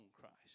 Christ